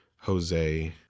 Jose